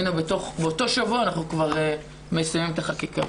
הנה, באותו שבוע אנחנו כבר מסיימים את החקיקה.